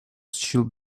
should